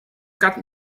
carte